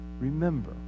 remember